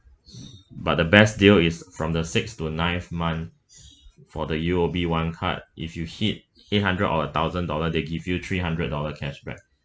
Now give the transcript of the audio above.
but the best deal is from the six to ninth month for the U_O_B one card if you hit eight hundred or a thousand dollar they give you three hundred dollar cashback